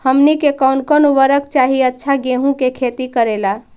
हमनी के कौन कौन उर्वरक चाही अच्छा गेंहू के खेती करेला?